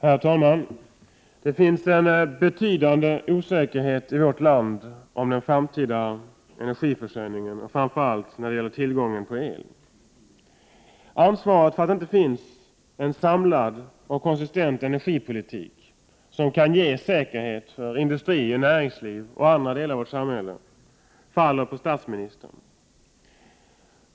Herr talman! Det finns en betydande osäkerhet i vårt land om den framtida energiförsörjningen och framför allt tillgången på el. Ansvaret för att det inte finns en samlad och konsistent energipolitik, som kan ge säkerhet för industri, näringsliv och andra delar av samhället, faller på statsministern.